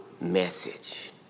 message